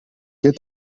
get